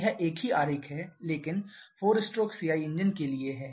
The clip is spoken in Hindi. यह एक ही आरेख है लेकिन 4 स्ट्रोक सीआई इंजन के लिए है